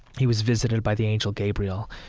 he was visited by the angel gabriel.